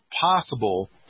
possible